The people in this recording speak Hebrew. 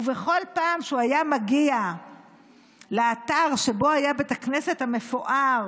ובכל פעם שהוא היה מגיע לאתר שבו היה בית הכנסת המפואר,